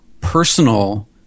personal